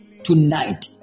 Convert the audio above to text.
Tonight